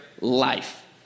life